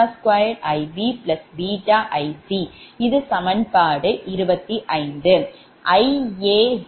Ia013 IaIbIc